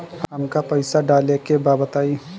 हमका पइसा डाले के बा बताई